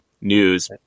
news